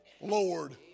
Lord